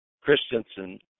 Christensen